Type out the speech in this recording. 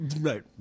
right